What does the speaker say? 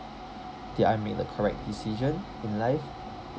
did I make the correct decision in life